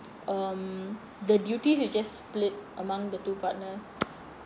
um the duties you just split among the two partners